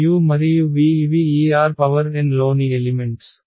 కాబట్టి u మరియు v ఇవి ఈ Rn లోని ఎలిమెంట్స్